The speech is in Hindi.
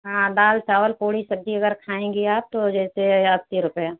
हाँ दाल चावल पूड़ी सब्जी अगर खाएंगी आप तो जैसे आस्सी रुपये